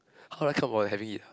how did I come out having it ah